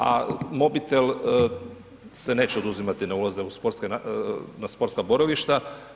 A mobitel se neće oduzimati na ulazima na sportska borilišta.